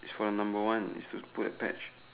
it's for the number one it's to put the patch